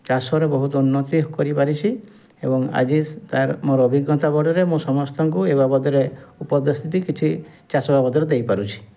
ଚାଷରେ ବହୁତ ଉନ୍ନତି କରିପାରିଛି ଏବଂ ଆଜି ତା'ର ମୋର ଅଭିଜ୍ଞତା ବଳରେ ମୁଁ ସମସ୍ତଙ୍କୁ ଏ ବାବଦରେ ଉପଦେଶ ବି କିଛି ଚାଷ ବାବଦରେ ଦେଇପାରୁଛି